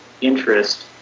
interest